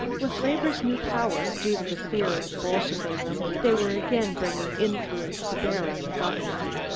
with labor's new power, due to the fear of bolshevism, they were again bringing influence to bear on the governor.